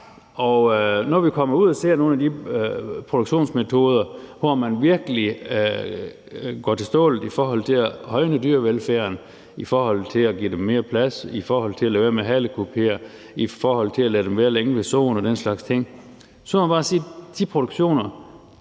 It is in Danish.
når vi kommer ud og ser nogle af de produktionsmetoder, hvor man virkelig går til stålet i forhold til at højne dyrevelfærden, altså ved at give dem mere plads, at lade være med at halekupere, at lade dem være længe ved soen og den slags ting, så må man bare sige: De produktioner